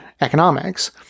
economics